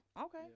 Okay